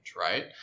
Right